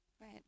Right